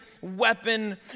weapon